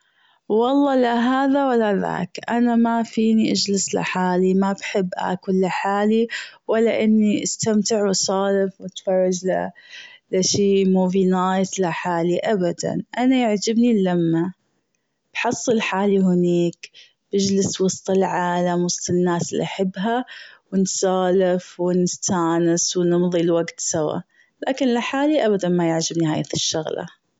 والله لا هذا ولا ذاك أنا ما فيني أجلس لحالي مابحب أكل لحالي ولا أني استمتع واتسولف وأتفرج لشي movie night لحالي ابدا أنا يعجبني اللمة بحصل حالي هنيك بجلس وسط العالم وسط الناس اللي أحبها نسولف ونستأنس ونمضي الوقت سوا لكن لحالي أبدا ما يعجبني هذي الشغلة.